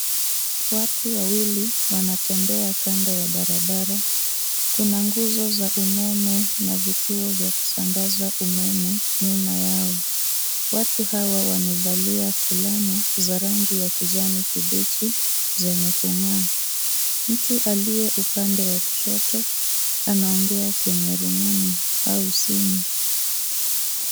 Watu wawili wanatembea kando ya barabara. Kuna nguzo za umeme na vituo vya kusambaza umeme nyuma yao. Watu hawa wamevalia fulana za rangi ya kijani kibichi zenye kung'aa. Mtu aliye upande wa kushoto anaongea kwenye rununu au simu.